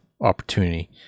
opportunity